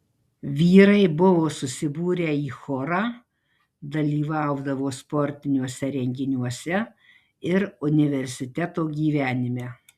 vyrai buvo susibūrę į chorą dalyvaudavo sportiniuose renginiuose ir universiteto gyvenime